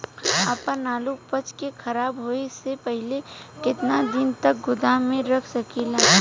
आपन आलू उपज के खराब होखे से पहिले केतन दिन तक गोदाम में रख सकिला?